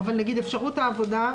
אבל אפשרות העבודה,